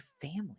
family